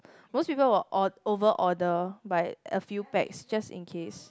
most people will or~ over order by a few pax just in case